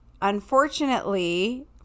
unfortunately